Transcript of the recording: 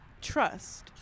Trust